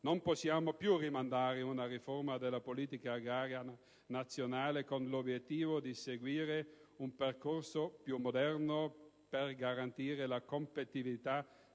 Non possiamo più rimandare una riforma della politica agraria nazionale con l'obiettivo di seguire un percorso più moderno per garantire la competitività